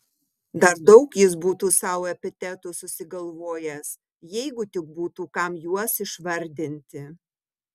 dar daug jis būtų sau epitetų susigalvojęs jeigu tik būtų kam juos išvardinti